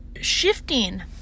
shifting